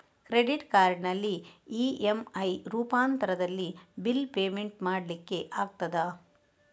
Credit ಕಾರ್ಡಿನಲ್ಲಿ EMI ರೂಪಾಂತರದಲ್ಲಿ bill payment ಮಾಡ್ಲಿಕ್ಕೆ ಆಗ್ತದ?